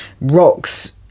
Rocks